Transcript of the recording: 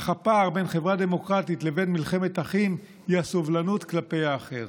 אך הפער בין חברה דמוקרטית לבין מלחמת אחים הוא הסובלנות כלפי האחר.